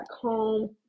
home